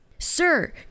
Sir